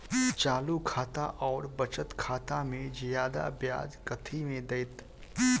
चालू खाता आओर बचत खातामे जियादा ब्याज कथी मे दैत?